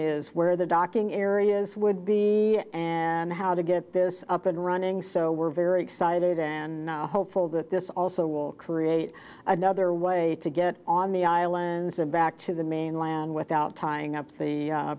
is where the docking areas would be and how to get this up and running so we're very excited and hopeful that this also will create another way to get on the islands and back to the mainland without tying up